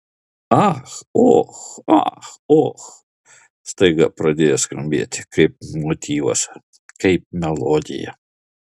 ach och ach och staiga pradėjo skambėti kaip motyvas kaip melodija